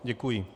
Děkuji.